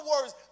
words